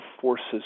forces